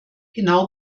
genau